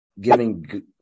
giving